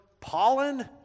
pollen